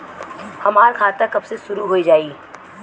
हमार खाता कब से शूरू हो जाई?